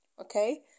okay